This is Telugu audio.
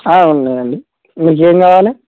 ఉన్నాయండి మీకేం కావాలి